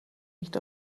nicht